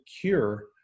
cure